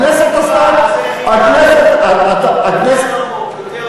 הכנסת עשתה, אז איך היא פיקחה?